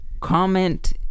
Comment